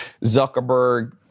Zuckerberg